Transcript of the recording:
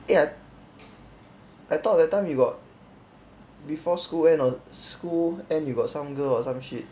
eh I I thought that time you got before school end or school end you got some girl or some shit